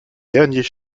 derniers